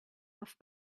off